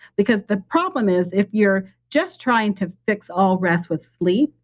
because the problem is, if you're just trying to fix all rest with sleep,